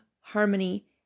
harmony